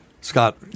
Scott